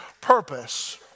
purpose